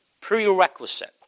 prerequisite